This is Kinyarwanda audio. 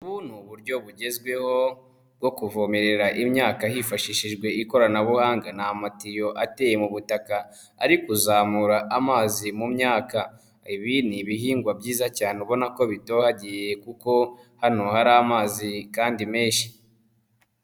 Ubu ni uburyo bugezweho bwo kuvomerera imyaka hifashishijwe ikoranabuhanga, ni amatiyo ateye mu butaka ari kuzamura amazi mu myaka, ibi ni ibihingwa byiza cyane ubona ko bitohagiye kuko hano hari amazi kandi menshi.